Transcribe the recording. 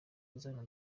uzana